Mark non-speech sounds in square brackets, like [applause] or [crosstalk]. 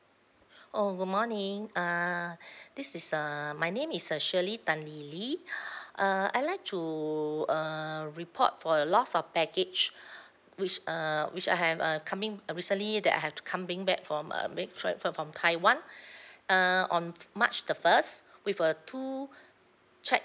oh good morning err this is uh my name is uh shirley tan lily [breath] uh I'd like to uh report for a loss of baggage which uh which I have uh coming uh recently that I have to coming back from a make travel from taiwan uh on f~ march the first with uh two check